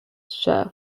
chef